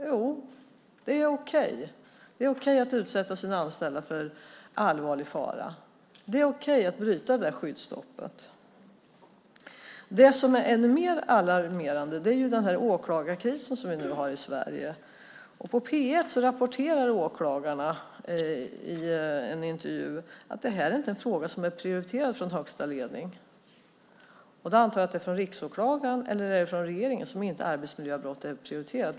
Jo, den är att det är okej att utsätta sina anställda för allvarlig fara och att det är okej att bryta skyddsstoppet. Det som är än mer alarmerande är den åklagarkris som vi nu har i Sverige. I en intervju i P 1 rapporterar åklagarna att detta inte är en fråga som är prioriterad från den högsta ledningen. Då antar jag att det är riksåklagaren, eller är det från regeringen som arbetsmiljöbrott inte är prioriterade?